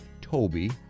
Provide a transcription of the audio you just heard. Toby